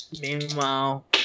Meanwhile